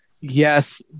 Yes